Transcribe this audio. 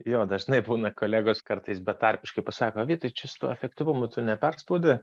jo dažnai būna kolegos kartais betarpiškai pasako vytai tu čia su tuo efektyvumu tu neperspaudi